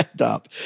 up